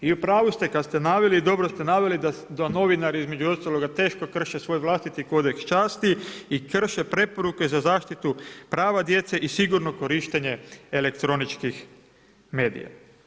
I upravu ste kada ste naveli i dobro ste naveli da novinari između ostaloga teško krše svoj vlastiti kodeks časti i krše preporuke za zaštitu prava djece i sigurno korištenje elektroničkih medija.